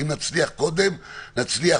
אם נצליח קודם נצליח,